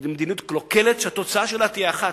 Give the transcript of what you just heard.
היא מדיניות קלוקלת שהתוצאה שלה תהיה אחת: